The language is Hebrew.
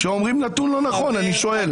כשאומרים נתון לא נכון, אני שואל.